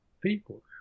people